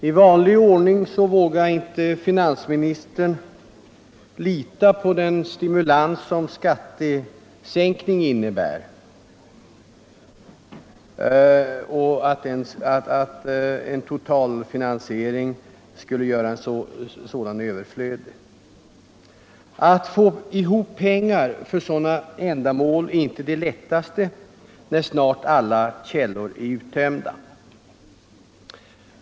I vanlig ordning vågade inte finansministern lita på att den stimulans som skattesänkning innebär skulle göra en totalfinansiering överflödig. Att få ihop pengar för sådana ändamål är inte det lättaste när snart alla källor är uttömda.